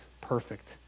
perfect